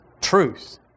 truth